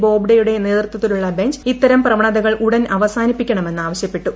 ബോബ്ഡെയുടെ നേതൃത്വത്തിലുള്ള ബെഞ്ച് ഇത്തരം പ്രവണതകൾ ഉടൻ അവസാനിപ്പിക്കണമെന്ന് ആവശ്യപ്പെട്ടു